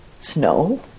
snow